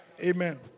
Amen